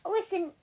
Listen